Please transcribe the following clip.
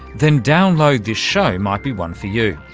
then download this show might be one for you,